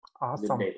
Awesome